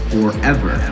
Forever